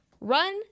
run